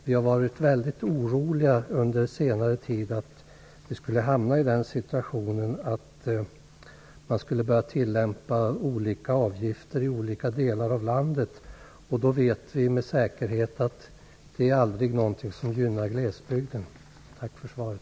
Vi har under senare tid varit väldigt oroliga för den situationen att man skulle börja att tillämpa olika avgifter i olika delar av landet. Vi vet med säkerhet att detta aldrig skulle gynna glesbygden. Tack för svaret.